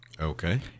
okay